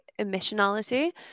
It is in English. emissionality